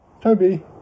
Toby